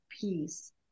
peace